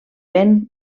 vent